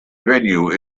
venue